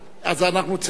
אז אנחנו צירפנו אותך.